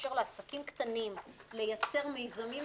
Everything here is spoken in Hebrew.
שמאפשר לעסקים קטנים לייצר מיזמים משותפים,